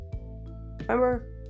remember